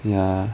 ya